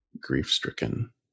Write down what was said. grief-stricken